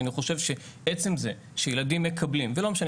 כי אני חושב שעצם זה שילדים מקבלים ולא משנה,